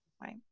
Right